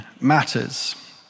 matters